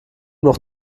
doch